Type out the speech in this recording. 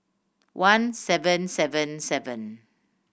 one seven seven seven